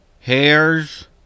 hairs